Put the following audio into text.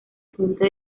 junta